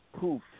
poof